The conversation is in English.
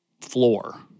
floor